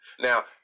Now